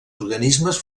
organismes